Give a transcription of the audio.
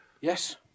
yes